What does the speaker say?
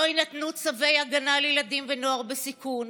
לא יינתנו צווי הגנה לילדים ונוער בסיכון,